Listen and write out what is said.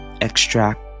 extract